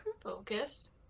Focus